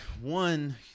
one